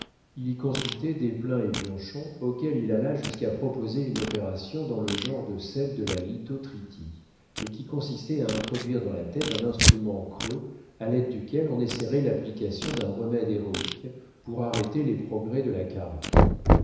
il y consultait desplein et bianchon auxquels il alla jusqu'à proposer une opération dans le genre de celle de la lithotritie et qui consistait à introduire dans la tête un instrument creux à l'aide duquel on essaierait l'application d'un remède héroïque pour arrêter les progrès de la